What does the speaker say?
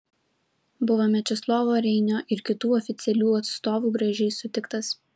buvo mečislovo reinio ir kitų oficialių atstovų gražiai sutiktas